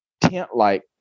tent-like